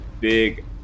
big